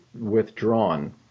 withdrawn